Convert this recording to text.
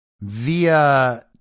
via